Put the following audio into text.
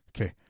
Okay